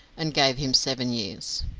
and gave him seven years.